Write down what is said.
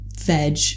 veg